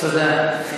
תודה.